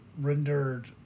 rendered